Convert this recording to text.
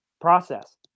process